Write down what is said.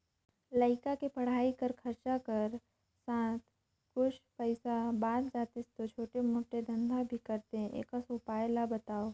लइका के पढ़ाई कर खरचा कर साथ कुछ पईसा बाच जातिस तो छोटे मोटे धंधा भी करते एकस उपाय ला बताव?